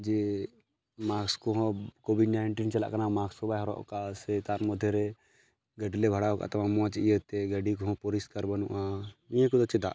ᱡᱮ ᱢᱟᱥᱠ ᱠᱚᱦᱚᱸ Covid nineteen ᱪᱟᱞᱟᱜ ᱠᱟᱱᱟ ᱢᱟᱥᱠ ᱦᱚᱸ ᱵᱟᱭ ᱦᱚᱨᱚᱜᱠᱟᱜᱼᱟ ᱥᱮ ᱛᱟᱨᱢᱚᱫᱽᱫᱷᱮᱨᱮ ᱜᱟᱹᱰᱤᱞᱮ ᱵᱷᱟᱲᱟᱣᱠᱟᱜ ᱛᱟᱢᱟ ᱢᱚᱡᱽ ᱤᱭᱟᱹᱛᱮ ᱜᱟᱹᱰᱤᱠᱚ ᱦᱚᱸ ᱯᱚᱨᱤᱥᱠᱟᱨ ᱵᱟᱹᱱᱩᱜᱼᱟ ᱱᱤᱭᱟᱹ ᱠᱚᱫᱚ ᱪᱮᱫᱟᱜ